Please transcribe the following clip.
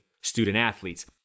student-athletes